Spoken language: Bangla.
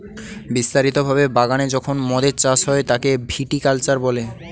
বিস্তারিত ভাবে বাগানে যখন মদের চাষ হয় তাকে ভিটি কালচার বলে